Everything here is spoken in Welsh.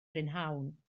prynhawn